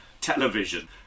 television